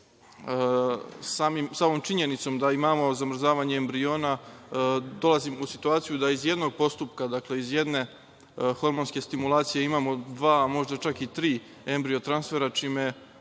samom činjenicom da imamo zamrzavanje embriona dolazimo u situaciju da iz jednog postupka, iz jedne hormonske stimulacije imamo dva, a možda čak i tri embriotransfera čime